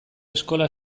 eskola